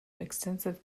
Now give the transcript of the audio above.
extensive